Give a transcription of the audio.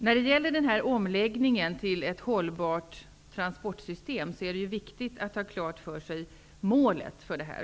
När det gäller omläggningen till ett hållbart transportsystem är det viktigt att ha målet klart för sig.